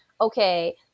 Okay